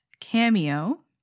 cameo